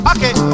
Okay